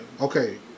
Okay